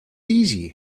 easy